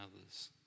others